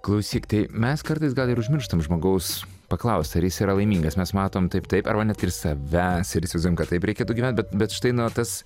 klausyk tai mes kartais gal ir užmirštam žmogaus paklausti ar jis yra laimingas mes matom taip taip arba net ir savęs ir įsivaizduojam kad taip reikėtų gyventi bet štai na tas